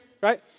right